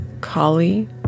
Kali